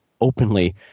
openly